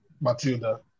Matilda